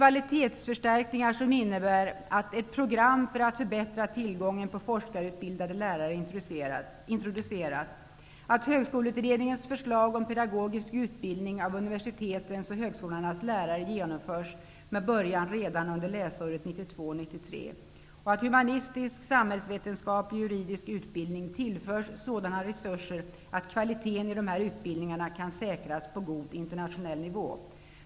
att ett program för att förbättra tillgången på forskarutbildade lärare introduceras, - att högskoleutredningens förslag om pedagogisk utbildning av universitetens och högskolornas lärare genomförs med början redan under läsåret - att humanistisk, samhällsvetenskaplig och juridisk utbildning tillförs sådana resurser att kvaliteten i dessa utbildningar kan säkras på god internationell nivå.